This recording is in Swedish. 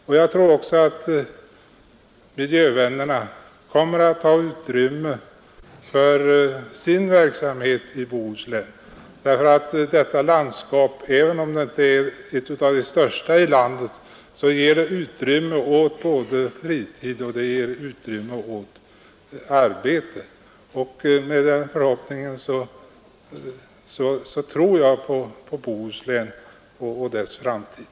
Likaså tror jag att även miljövännerna kommer att ha gott utrymme för sina verksamheter i Bohuslän, ty även om landskapet inte hör till de största i landet ger det ändå utrymme för både fritidsliv och arbete. Jag tror alltså på Bohuslän och dess framtid.